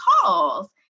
calls